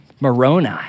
Moroni